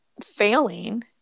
failing